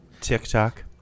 TikTok